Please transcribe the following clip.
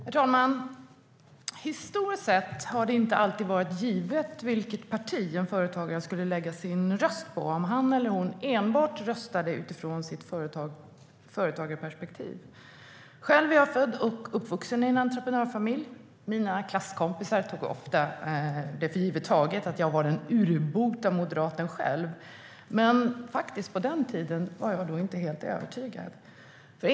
Herr talman! Historiskt sett har det inte alltid varit givet vilket parti en företagare ska lägga sin röst på, om han eller hon enbart röstade utifrån sitt företagarperspektiv. Själv är jag född och uppvuxen i en entreprenörsfamilj. Mina klasskompisar tog det ofta för givet att jag var den inbitna moderaten, men på den tiden var jag inte helt övertygad.